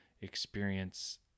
experience